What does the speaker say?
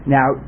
Now